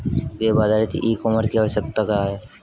Web आधारित e commerce की आवश्यकता क्या है?